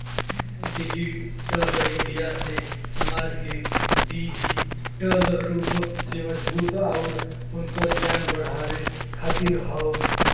digital India से समाज के डिजिटल रूप से मजबूत आउर उनकर ज्ञान बढ़ावे खातिर हौ